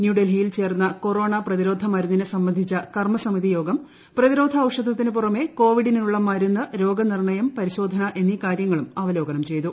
ന്യൂഡൽഹി യിൽ ചേർന്ന കൊറോണ പ്രതിരോട്ട് മരുന്നിനെ സംബന്ധിച്ച കർമ്മസമിതി യോഗം പ്രതിരോപ്പ് ഔഷധത്തിന് പുറമെ കോവിഡിനുള്ള മരുന്ന് ര്റോഗ്ന്റിർണ്ണയം പരിശോധന എന്നീ കാര്യങ്ങളും അവലോകന്റു ചെയ്തു